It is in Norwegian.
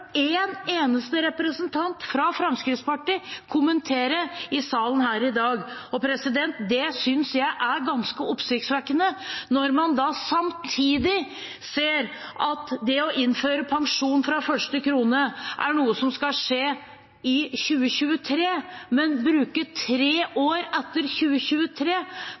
en eneste representant fra Fremskrittspartiet kommentere i salen her i dag. Det synes jeg er ganske oppsiktsvekkende når man samtidig ser at det å innføre pensjon fra første krone er noe som skal skje i 2023, men bruke tre år etter 2023